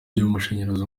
by’amashanyarazi